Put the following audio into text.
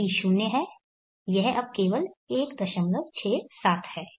तो d 0 है यह अब केवल 167 है